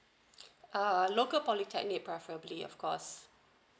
uh local polytechnic preferably of course